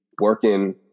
working